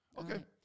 Okay